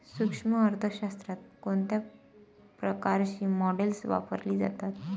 सूक्ष्म अर्थशास्त्रात कोणत्या प्रकारची मॉडेल्स वापरली जातात?